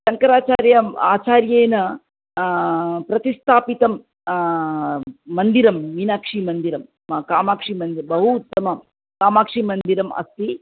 शङ्कराचार्यम् आचार्येण प्रतिष्ठापितं मन्दिरं मीनाक्षीमन्दिरं म कामाक्षीम बहु उत्तमं कामाक्षीमन्दिरम् अस्ति